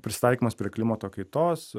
prisitaikymas prie klimato kaitos